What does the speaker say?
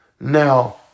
Now